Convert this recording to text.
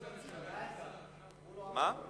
לא.